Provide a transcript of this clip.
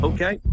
Okay